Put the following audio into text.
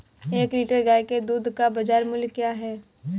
एक लीटर गाय के दूध का बाज़ार मूल्य क्या है?